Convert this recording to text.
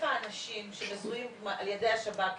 האנשים שמזוהים על ידי השב"כ במגעים,